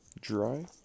dry